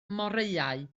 moreau